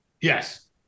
yes